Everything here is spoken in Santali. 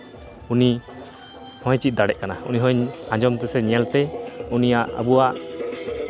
ᱩᱱᱤ ᱦᱚᱸᱭ ᱪᱮᱫ ᱫᱟᱲᱮᱜ ᱠᱟᱱᱟ ᱩᱱᱤ ᱦᱚᱸ ᱟᱸᱡᱚᱢ ᱛᱮᱥᱮ ᱧᱮᱞ ᱛᱮ ᱩᱱᱤᱭᱟᱜ ᱟᱵᱚᱣᱟᱜ